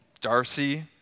Darcy